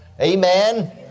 Amen